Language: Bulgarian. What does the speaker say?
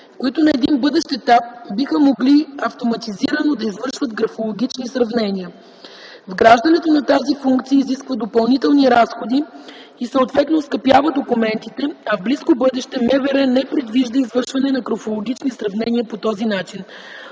които на един бъдещ етап биха могли автоматизирано да извършват графологични сравнения. Вграждането на тази функция изисква допълнителни разходи и съответно оскъпява документите, а в близко бъдеще МВР не предвижда извършване на графологични сравнения по този начин.